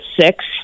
six